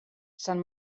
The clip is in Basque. san